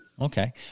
Okay